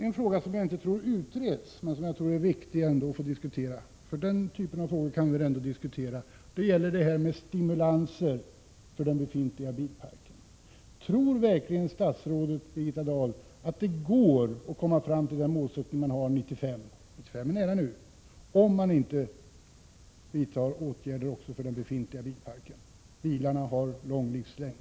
En fråga som jag inte tror utreds men som jag anser vara viktig att diskutera — för den typen av frågor kan vi väl ändå diskutera — gäller stimulanser för den befintliga bilparken. Tror verkligen statsrådet Birgitta Dahl att det går att komma fram till det mål man har 1995 — år 1995 är nära — om man inte vidtar åtgärder också för den befintliga bilparken? Bilarna har lång livslängd.